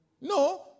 No